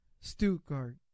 Stuttgart